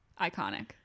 iconic